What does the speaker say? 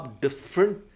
different